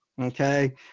okay